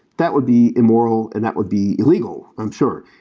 that would be immoral and that would be illegal, i'm sure.